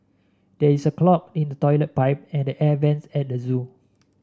there is a clog in the toilet pipe and the air vents at the zoo